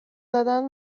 زدن